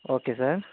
okay sir